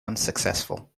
unsuccessful